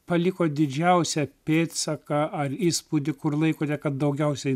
paliko didžiausią pėdsaką ar įspūdį kur laikote kad daugiausiai